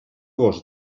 gos